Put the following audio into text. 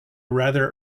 rather